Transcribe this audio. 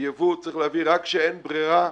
וייבוא צריך לעשות רק כשאין ברירה,